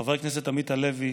חבר הכנסת עמית הלוי